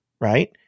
right